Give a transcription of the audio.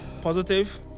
Positive